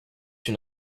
une